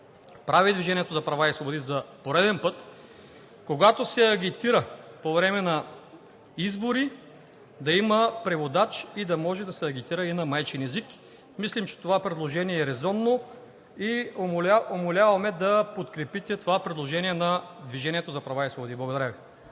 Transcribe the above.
прави „Движението за права и свободи“ за пореден път – когато се агитира по време на избори, да има преводач и да може да се агитира и на майчин език. Мислим, че това предложение е разумно и умоляваме да подкрепите това предложение на „Движението за права и свободи“. Благодаря Ви.